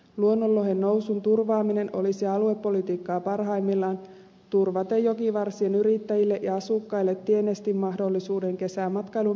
luonnonlohen nousun turvaaminen olisi aluepolitiikkaa parhaimmillaan turvaten jokivarsien yrittäjille ja asukkaille tienestimahdollisuuden kesämatkailun piristymisen myötä